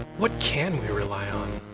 what can we rely on?